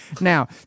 Now